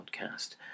podcast